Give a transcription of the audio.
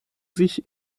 sich